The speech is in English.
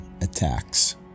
attacks